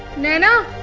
naina?